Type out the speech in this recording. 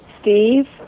Steve